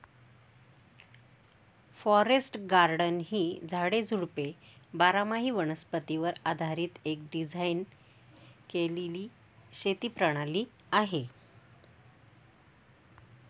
forest garden ही झाडे, झुडपे बारामाही वनस्पतीवर आधारीत एक डिझाइन केलेली शेती प्रणाली आहे